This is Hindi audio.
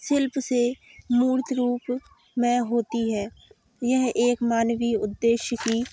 शिल्प से मूर्त रूप में होती है यह एक मानवीय उद्देश्य की